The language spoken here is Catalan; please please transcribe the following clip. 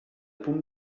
punt